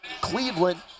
Cleveland